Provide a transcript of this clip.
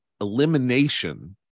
elimination